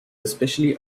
especially